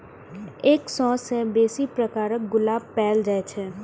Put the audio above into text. एक सय सं बेसी प्रकारक गुलाब पाएल जाए छै